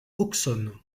auxonne